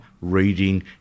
reading